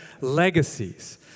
legacies